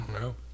No